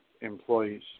employees